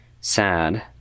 Sad